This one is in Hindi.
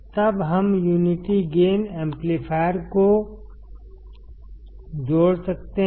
तब हम यूनिटी गेन एम्पलीफायर को जोड़ सकते हैं